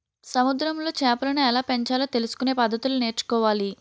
సముద్రములో చేపలను ఎలాపెంచాలో తెలుసుకొనే పద్దతులను నేర్చుకోవాలి